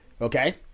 Okay